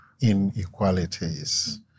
inequalities